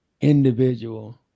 individual